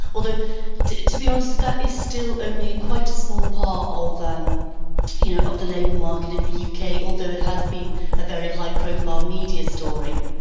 although to to be honest that is still only quite a small part of um you know of the labour market in the yeah uk, although it has been a very high profile media story.